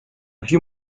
few